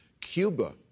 Cuba